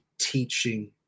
teaching